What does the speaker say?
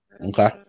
Okay